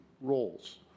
roles